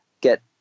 get